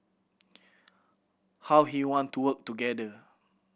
how he want to work together